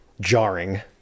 jarring